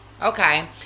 okay